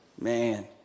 Man